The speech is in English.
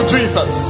Jesus